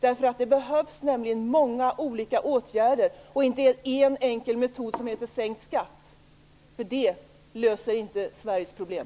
Det behövs nämligen många olika åtgärder och inte bara en enkel metod som heter sänkt skatt. Det löser inte Sveriges problem.